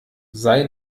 sei